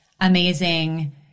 amazing